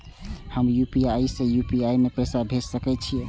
हम यू.पी.आई से यू.पी.आई में पैसा भेज सके छिये?